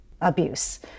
abuse